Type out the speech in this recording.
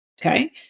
Okay